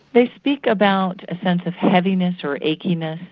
they speak about a sense of heaviness or achiness,